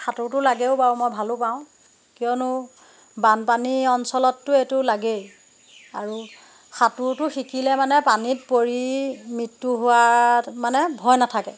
সাঁতোৰটো লাগেও বাৰু মই ভালো পাওঁ কিয়নো বানপানী অঞ্চলততো এইটো লাগেই আৰু সাঁতোৰটো শিকিলে মানে পানীত পৰি মৃত্যু হোৱাৰ মানে ভয় নাথাকে